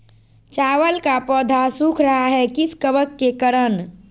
चावल का पौधा सुख रहा है किस कबक के करण?